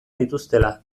dituztela